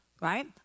right